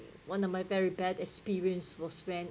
one of my very bad experience was when